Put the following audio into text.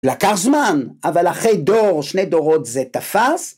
לקח זמן, אבל אחרי דור או שני דורות זה תפס